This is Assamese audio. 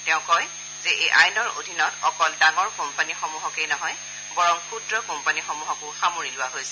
তেওঁ কয় যে এই আইনৰ অধীনত অকল ডাঙৰ কোম্পানীসমূহকে নহয় বৰং ক্ষুদ্ৰ কোম্পানীসমূহকো সামৰি লোৱা হৈছে